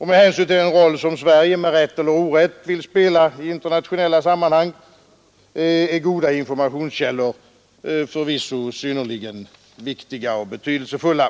Med hänsyn till den roll som Sverige med rätt ell er orätt vill spela i internationella sammanhang är goda informationskällor förvisso viktiga och betydelsefulla.